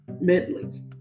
Medley